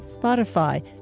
Spotify